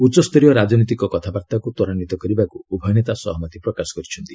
ଉଚ୍ଚସ୍ତରୀୟ ରାଜନୈତିକ କଥାବାର୍ତ୍ତାକୁ ତ୍ୱରାନ୍ୱିତ କରିବାକୁ ଉଭୟ ନେତା ସହମତି ପ୍ରକାଶ କରିଛନ୍ତି